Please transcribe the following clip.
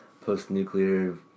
post-nuclear